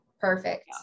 perfect